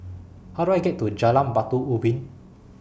How Do I get to Jalan Batu Ubin